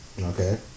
okay